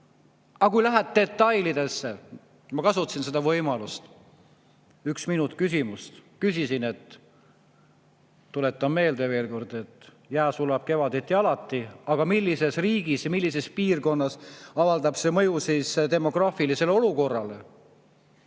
Aga kui lähed detailidesse – ma kasutasin seda võimalust, üks minut küsimuseks, küsisin, tuletan veel kord meelde, et jää sulab kevaditi alati, aga millises riigis ja millises piirkonnas avaldab see mõju demograafilisele olukorrale